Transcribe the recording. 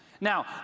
Now